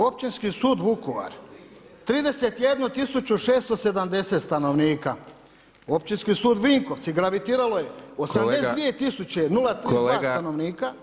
Općinski sud Vukovar 31670 stanovnika, Općinski sud Vinkovci gravitiralo je 82032 stanovnika